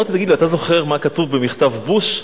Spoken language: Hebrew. אמרתי לו: אתה זוכר מה כתוב במכתב בוש?